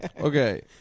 Okay